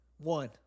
One